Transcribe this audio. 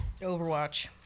Overwatch